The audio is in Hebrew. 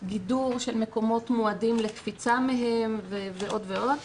גידור של מקומות מועדים לקפיצה מהם ועוד ועוד,